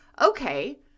Okay